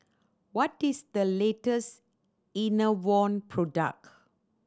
what is the latest Enervon product